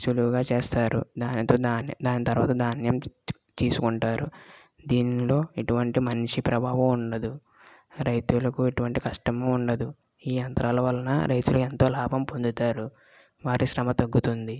సులువుగా చేస్తారు దాని తర్వాత ధాన్యం తీసుకుంటారు దీనిలో ఎటువంటి మనిషి ప్రభావం ఉండదు రైతులకు ఎటువంటి కష్టం ఉండదు ఈ యంత్రాల వలన రైతులు ఎంతో లాభం పొందుతారు వారి శ్రమ తగ్గుతుంది